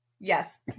Yes